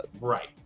Right